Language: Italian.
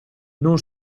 non